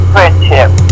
Friendship